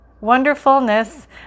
wonderfulness